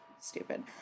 stupid